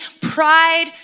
pride